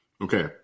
okay